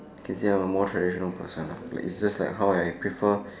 can see I am a more traditional person lah it's just like how I prefer